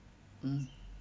mm